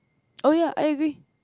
oh ya I agree